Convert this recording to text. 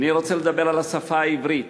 אני רוצה לדבר על השפה העברית.